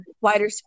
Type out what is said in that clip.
wider